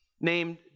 named